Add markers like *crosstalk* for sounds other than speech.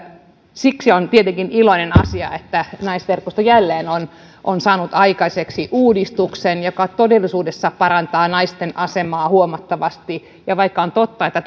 siksi on tietenkin iloinen asia että naisverkosto jälleen on on saanut aikaiseksi uudistuksen joka todellisuudessa parantaa naisten asemaa huomattavasti vaikka on totta että *unintelligible*